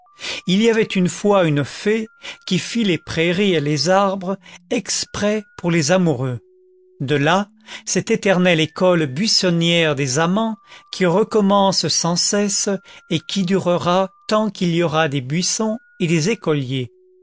il y avait une fois une fée qui fit les prairies et les arbres exprès pour les amoureux de là cette éternelle école buissonnière des amants qui recommence sans cesse et qui durera tant qu'il y aura des buissons et des écoliers